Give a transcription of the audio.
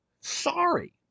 Sorry